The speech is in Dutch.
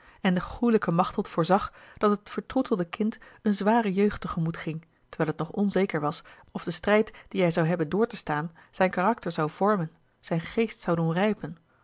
en de goêlijke machteld voorzag dat het vertroetelde kind een zware jeugd te gemoet ging terwijl het nog onzeker was of de strijd dien hij zou hebben door te staan zijn karakter zou vormen zijn geest zou doen rijpen